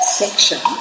section